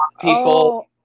People